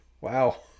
Wow